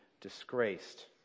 disgraced